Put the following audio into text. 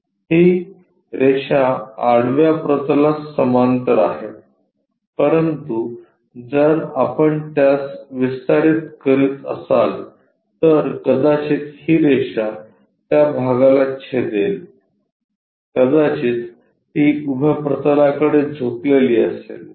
ही रेषा आडव्या प्रतलास समांतर आहे परंतु जर आपण त्यास विस्तारित करत असाल तर कदाचित ही रेषा त्या भागाला छेदेल कदाचित ती उभ्या प्रतलाकडे झुकलेली असेल